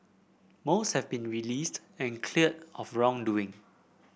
most have been released and cleared of wrongdoing